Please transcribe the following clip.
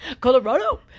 Colorado